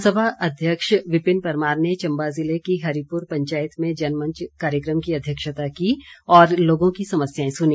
विधानसभा सभा अध्यक्ष विपिन परमार ने चंबा ज़िले की हरिपुर पंचायत में जनमंच कार्यक्रम की अध्यक्षता की और लोगों की समस्याएं सुनी